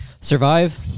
survive